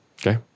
okay